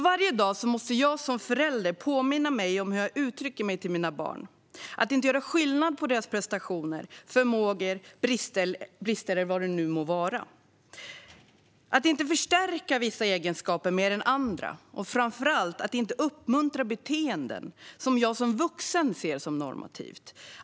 Varje dag måste jag som förälder påminna mig om hur jag uttrycker mig inför mina barn och om att inte göra skillnad på deras prestationer, förmågor, brister eller vad det än må vara, att inte förstärka vissa egenskaper mer än andra och framför allt att inte uppmuntra beteenden som jag som vuxen ser som normativa.